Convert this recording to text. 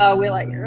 ah we're like,